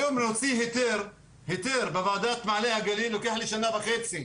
היום להוציא היתר בוועדת מעלה הגליל לוקח לי שנה וחצי,